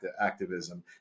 activism